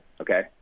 okay